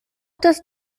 das